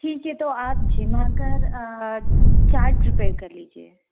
ठीक है तो आप जिम आ कर चार्ट प्रेपेयर कर लीजिए